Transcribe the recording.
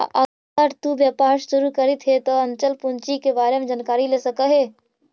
अगर तु व्यापार शुरू करित हे त अचल पूंजी के बारे में जानकारी ले सकऽ हे